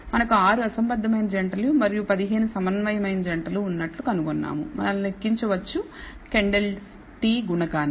మనం 6 అసంబద్ధమైన జంటలు మరియు 15 సమన్వయమైన జంటలు ఉన్నట్లు కనుగొన్నాము మన లెక్కించవచ్చు kendall'sగుణకాన్ని